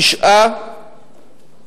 תשעה